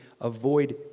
avoid